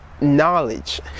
knowledge